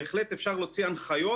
בהחלט אפשר להוציא הנחיות,